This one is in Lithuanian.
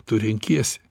tu renkiesi